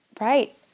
right